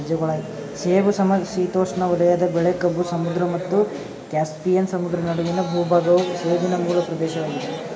ಸೇಬು ಸಮಶೀತೋಷ್ಣ ವಲಯದ ಬೆಳೆ ಕಪ್ಪು ಸಮುದ್ರ ಮತ್ತು ಕ್ಯಾಸ್ಪಿಯನ್ ಸಮುದ್ರ ನಡುವಿನ ಭೂಭಾಗವು ಸೇಬಿನ ಮೂಲ ಪ್ರದೇಶವಾಗಿದೆ